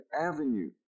Avenue